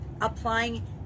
applying